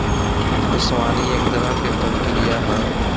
ओसवनी एक तरह के प्रक्रिया ह